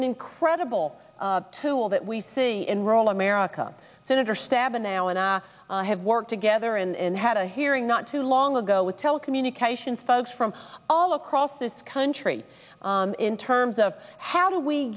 an incredible tool that we see in rural america senator stabenow now and i have worked together and had a hearing not too long ago with telecommunications folks from all across this country in terms of how do we